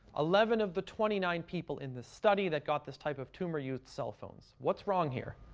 eleven of the twenty nine people in the study that got this type of tumor used cell phones. what's wrong here?